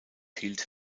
hielt